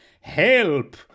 Help